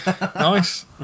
Nice